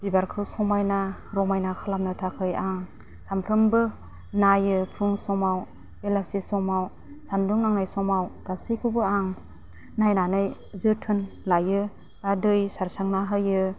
बिबारखौ समायना रमायना खालामनो थाखाय आं सानफ्रामबो नायो फुं समाव बेलासि समाव सान्दुं नांनाय समाव गासैखौबो आं नायनानै जोथोन लायो आरो दै सारस्रांना होयो